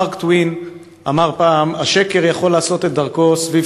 מארק טוויין אמר פעם: השקר יכול לעשות את דרכו סביב